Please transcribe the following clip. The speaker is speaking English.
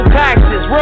taxes